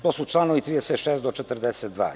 To su članovi 36. do 42.